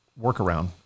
workaround